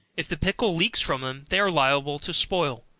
if the pickle leaks from them, they are liable to spoil.